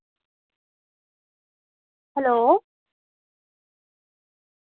hello